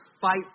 fight